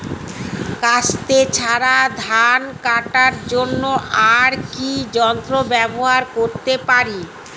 কাস্তে ছাড়া ধান কাটার জন্য আর কি যন্ত্র ব্যবহার করতে পারি?